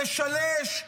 לשלש,